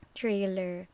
trailer